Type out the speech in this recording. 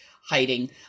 hiding